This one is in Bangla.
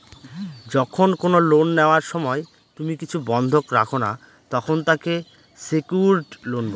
যখন কোনো লোন নেওয়ার সময় তুমি কিছু বন্ধক রাখো না, তখন তাকে সেক্যুরড লোন বলে